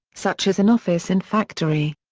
such as an office and factory.